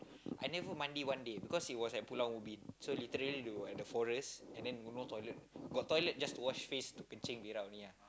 I never mandi one day because it was at Pulau-Ubin so literally they were at the forest and then got no toilet got toilet just to wash face to kencing berak only ah